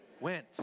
went